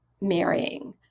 marrying